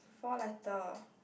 four letter